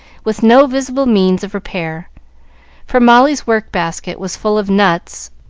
with no visible means of repair for molly's work-basket was full of nuts,